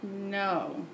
No